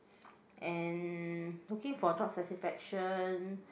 and looking for job satisfaction